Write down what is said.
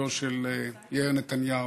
מצידו של יאיר נתניהו.